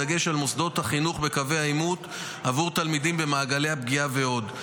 בדגש על מוסדות החינוך בקווי העימות עבור תלמידים במעגלי הפגיעה ועוד.